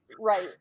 right